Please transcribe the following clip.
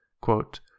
Quote